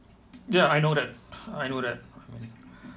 ya I know that I know that